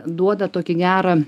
duoda tokį gerą